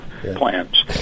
plans